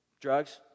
drugs